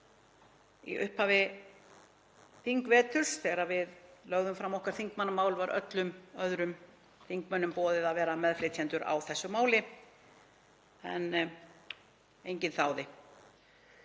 Í upphafi þingvetrar þegar við lögðum fram okkar þingmannamál var öllum öðrum þingmönnum boðið að vera meðflytjendur á þessu máli en enginn þáði.